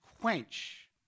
quench